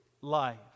life